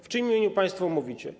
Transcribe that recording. W czyim imieniu państwo mówicie?